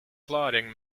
flooding